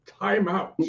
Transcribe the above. timeout